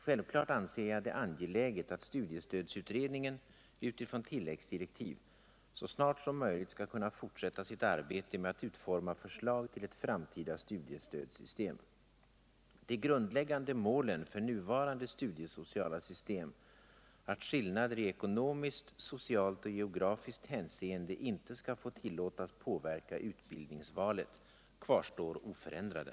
Självklart anser jag det angeläget att studiestödsutredningen, utifrån tilläggsdirektiv, så snart som möjligt skall kunna fortsätta sitt arbete med att utforma förslag till ett framtida studiestödssystem. De grundläggande målen för nuvarande studiesociala system — att skillnader i ekonomiskt, socialt och geografiskt hänseende inte skall få tillåtas påverka utbildningsvalet — kvarstår oförändrade.